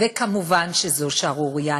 ומובן שזוהי שערורייה.